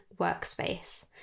workspace